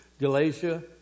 Galatia